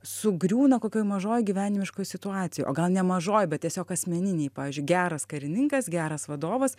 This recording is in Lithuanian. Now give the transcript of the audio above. sugriūna kokioj mažoj gyvenimiškoj situacijoj o gal ne mažoj bet tiesiog asmeninėj pavyzdžiui geras karininkas geras vadovas